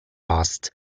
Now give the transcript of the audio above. past